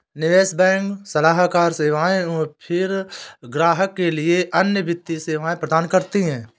निवेश बैंक सलाहकार सेवाएँ या फ़िर ग्राहकों के लिए अन्य वित्तीय सेवाएँ प्रदान करती है